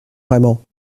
vraiment